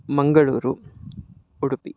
Mangaluru Udupi